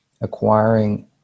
acquiring